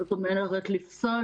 זאת אומרת לפסוע,